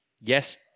Yes